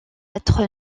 être